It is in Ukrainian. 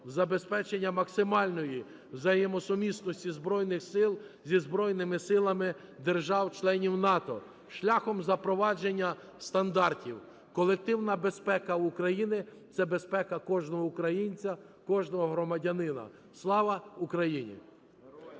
забезпечення максимальної взаємосумісності Збройних Сил зі збройними силами держав-членів НАТО шляхом запровадження стандартів. Колективна безпека України – це безпека кожного українця, кожного громадянина. Слава Україні!